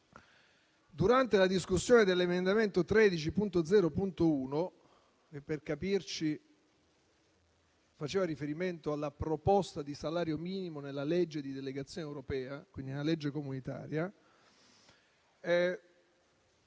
durante la discussione dell'emendamento 13.0.1 (che - per capirci - faceva riferimento alla proposta di salario minimo nella legge di delegazione europea, quindi nella legge comunitaria),